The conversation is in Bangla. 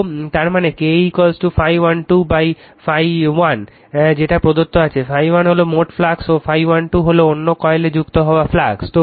তো তারমানে K ∅1 2 ∅1 যেটা প্রদত্ত ∅1 হলো মোট ফ্লাক্স ও ∅1 2 হলো অন্য কয়েলে যুক্ত হওয়া ফ্লাক্স